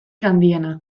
handiena